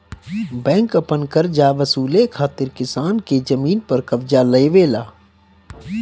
bank अपन करजा वसूले खातिर किसान के जमीन पर कब्ज़ा लेवेला